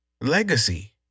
legacy